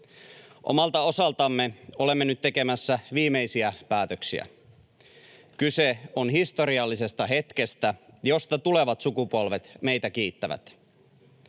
Omalta osaltamme olemme nyt tekemässä viimeisiä päätöksiä. Kyse on historiallisesta hetkestä, josta tulevat sukupolvet meitä kiittävät.